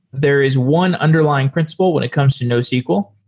there is one underlying principle when it comes to nosql.